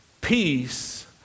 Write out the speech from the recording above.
Peace